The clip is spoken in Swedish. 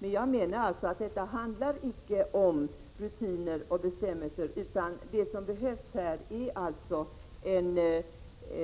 Men jag menar alltså att detta icke handlar om rutiner och bestämmelser utan att det som behövs här är